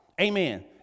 Amen